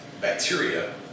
bacteria